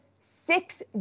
six